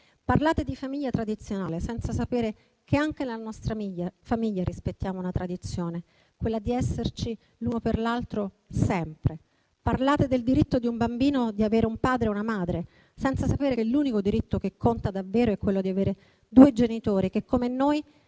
Parlate di famiglia tradizionale, senza sapere che anche nella nostra famiglia rispettiamo una tradizione: quella di esserci l'uno per l'altro, sempre. Parlate del diritto di un bambino ad avere un padre e una madre, senza sapere che l'unico diritto che conta davvero è quello di avere due genitori che, come noi,